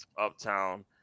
uptown